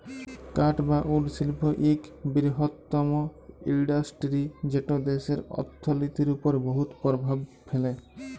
কাঠ বা উড শিল্প ইক বিরহত্তম ইল্ডাসটিরি যেট দ্যাশের অথ্থলিতির উপর বহুত পরভাব ফেলে